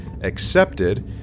accepted